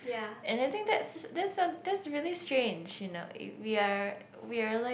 and I think that's that's that's really strange you know we are we are like